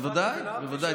בוודאי, בוודאי.